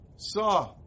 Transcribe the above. saw